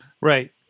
Right